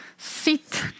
Sit